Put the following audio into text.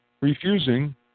refusing